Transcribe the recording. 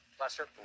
Lester